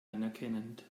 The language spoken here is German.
anerkennend